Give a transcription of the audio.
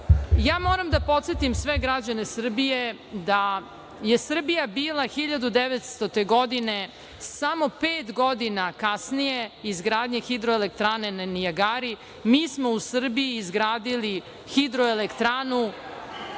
radite? Moram da podsetim sve građane Srbije da je Srbija bila 1900. godine samo pet godina kasnije izgradnje Hidroelektrane na Nijagari, mi smo u Srbiji izgradili Hidroelektranu